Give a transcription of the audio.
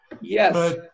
yes